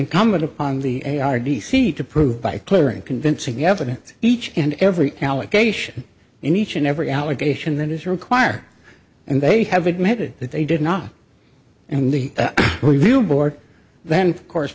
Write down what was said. incumbent upon the a r d c to prove by clear and convincing evidence each and every allegation in each and every allegation that is required and they have admitted that they did not and the review board then of course